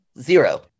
zero